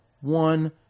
one